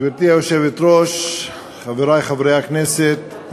גברתי היושבת-ראש, חברי חברי הכנסת,